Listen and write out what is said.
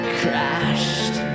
crashed